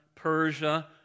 Persia